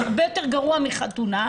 הרבה יותר גרוע מחתונה,